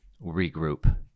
regroup